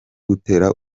gutera